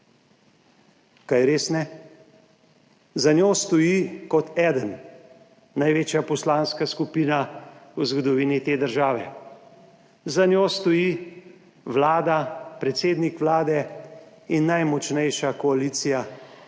Kaj res ne? Za njo stoji kot eden največja poslanska skupina v zgodovini te države, za njo stoji Vlada, predsednik Vlade in najmočnejša koalicija,